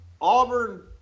Auburn